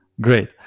Great